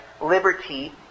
liberty